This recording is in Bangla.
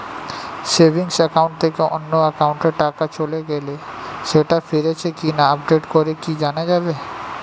সেভিংস একাউন্ট থেকে অন্য একাউন্টে টাকা চলে গেছে সেটা ফিরেছে কিনা আপডেট করে কি জানা যাবে?